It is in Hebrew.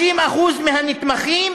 50% מהנתמכים